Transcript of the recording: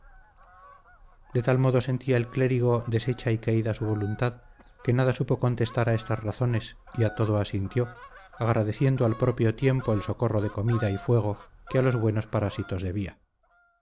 de tal modo sentía el clérigo deshecha y caída su voluntad que nada supo contestar a estas razones y a todo asintió agradeciendo al propio tiempo el socorro de comida y fuego que a los buenos parásitos debía